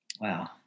wow